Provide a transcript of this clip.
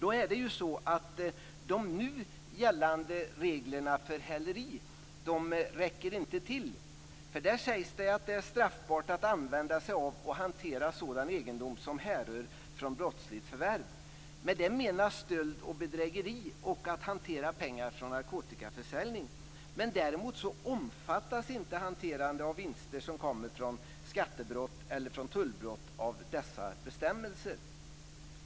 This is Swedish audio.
Nu gällande regler för häleri räcker inte till. Där sägs det att det är straffbart att använda sig av och hantera sådan egendom som härrör från brottsligt förvärv. Med det menas stöld och bedrägeri samt hantering av pengar från narkotikaförsäljning. Däremot omfattas inte hanterande av vinster från skattebrott eller tullbrott av dessa bestämmelser.